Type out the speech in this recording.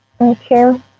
Okay